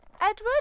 Edward